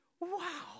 Wow